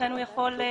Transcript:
ולכן הוא יכול להתנגד,